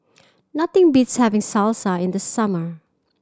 nothing beats having Salsa in the summer